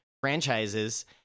franchises